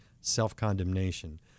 self-condemnation